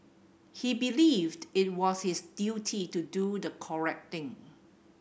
he believed it was his duty to do the correct thing